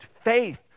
faith